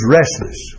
restless